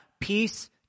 peace